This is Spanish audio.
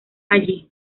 allí